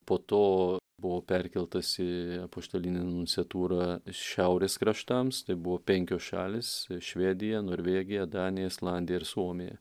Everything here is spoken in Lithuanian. po to buvo perkeltas į apaštalinę nunciatūrą šiaurės kraštams tai buvo penkios šalys švedija norvegija danija islandija ir suomija